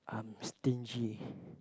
I'm stingy